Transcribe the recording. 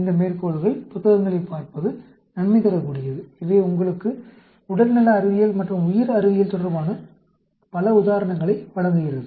இந்த மேற்கோள்கள் புத்தகங்களைப் பார்ப்பது நன்மை தரக்கூடியது இவை உங்களுக்கு உடல்நல அறிவியல் மற்றும் உயிர் அறிவியல் தொடர்பான பல உதாரணங்களை வழங்குகிறது